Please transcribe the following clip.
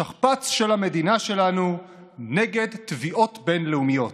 שכפ"ץ של המדינה שלנו נגד תביעות בין-לאומיות.